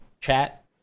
Chat